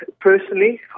Personally